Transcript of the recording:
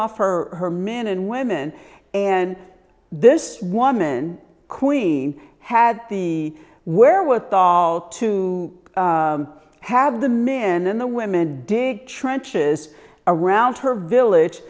her her men and women and this woman queen had the wherewithal to have them in and the women dig trenches around her village